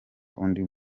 undi